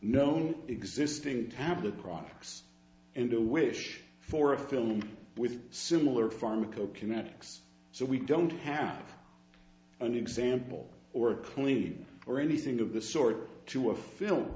known existing tablet products and a wish for a film with similar pharmacokinetics so we don't have an example or clean or anything of the sort to a film